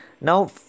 Now